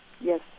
Yes